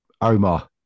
Omar